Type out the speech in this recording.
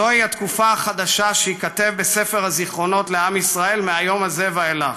זוהי "התקופה החדשה שייכתב בספר הזיכרונות לעם ישראל מהיום הזה ואילך.